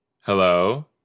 Hello